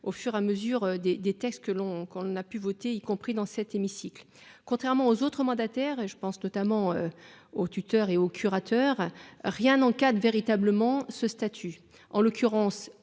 au fur et à mesure des, des textes que l'on qu'on a pu voter, y compris dans cet hémicycle, contrairement aux autres mandataires et je pense notamment aux tuteurs et au curateurs rien n'encadre véritablement ce statut en l'occurrence,